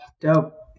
Dope